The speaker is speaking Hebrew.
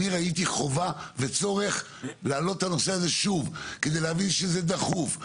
אני ראיתי חובה וצורך להעלות את הנושא הזה שוב כדי להבין שזה דחוף,